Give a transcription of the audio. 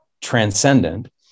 transcendent